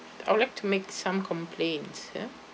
I would like to make some complaints ya